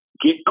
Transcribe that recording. get